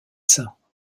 saints